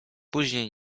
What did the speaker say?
później